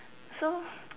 so